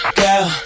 girl